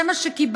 זה מה שקיבלנו.